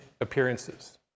appearances